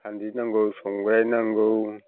सानद्रि नांगौ संग्राइ नांगौ